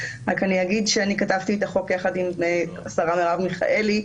רק אגיד שכתבתי את החוק יחד עם השרה מרב מיכאלי,